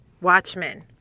Watchmen